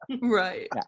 Right